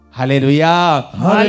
Hallelujah